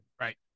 Right